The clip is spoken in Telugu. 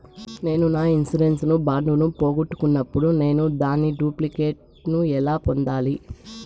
నేను నా ఇన్సూరెన్సు బాండు ను పోగొట్టుకున్నప్పుడు నేను దాని డూప్లికేట్ ను ఎలా పొందాలి?